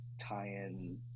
tie-in